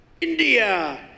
India